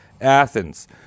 Athens